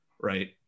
right